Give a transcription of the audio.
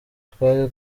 twari